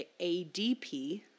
ADP